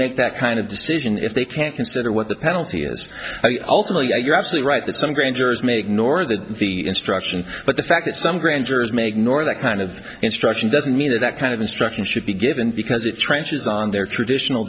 make that kind of decision if they can't consider what the penalty is i ultimately you're actually right that some grand jurors make nor that the instruction but the fact that some grand jurors make nor that kind of instruction doesn't mean that that kind of instruction should be given because it transfers on their traditional